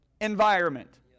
environment